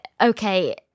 okay